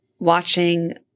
Watching